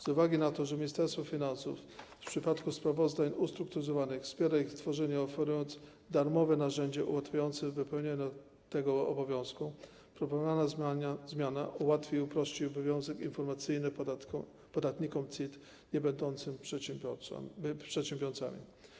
Z uwagi na to, że Ministerstwo Finansów w przypadku sprawozdań ustrukturyzowanych wspiera ich tworzenie, oferując darmowe narzędzie ułatwiające wypełnianie tego obowiązku, proponowana zmiana ułatwi i uprości obowiązek informacyjny dotyczący podatników CIT niebędących przedsiębiorcami.